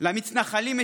למתנחלים,